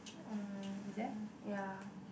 mm ya